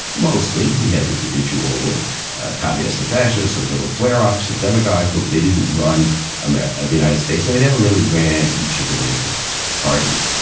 mostly we had individual and communist and fascist, a little flare ups and demagogues, but they didn't run um ah the united states and they never really ran each of the major parties.